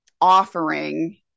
offering